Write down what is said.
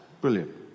Brilliant